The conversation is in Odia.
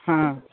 ହଁ